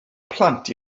plant